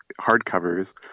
hardcovers